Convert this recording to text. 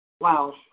wow